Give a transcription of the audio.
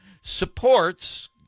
supports